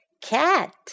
Cat